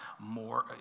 more